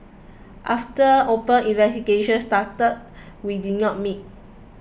after open investigations started we did not meet